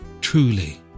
Truly